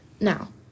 Now